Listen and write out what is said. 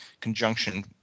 conjunction